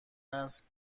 است